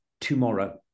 tomorrow